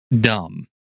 dumb